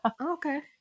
Okay